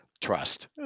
trust